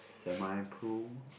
Semi-Pro